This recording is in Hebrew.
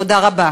תודה רבה.